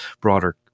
broader